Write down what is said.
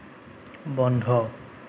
বন্ধ